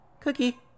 Cookie